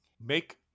Make